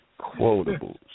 Quotables